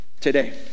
today